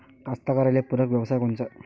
कास्तकाराइले पूरक व्यवसाय कोनचा?